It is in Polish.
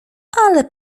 ale